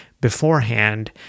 beforehand